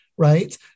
Right